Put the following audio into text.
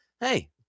hey